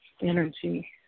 Energy